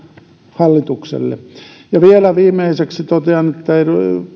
hallitukselle vielä viimeiseksi totean että